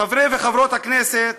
חברי וחברות הכנסת,